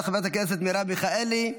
חברת הכנסת מרב מיכאלי,